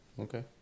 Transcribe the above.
Okay